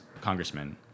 congressman